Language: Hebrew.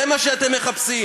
זה מה שאתם מחפשים.